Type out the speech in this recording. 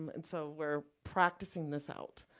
and so, we're practicing this out.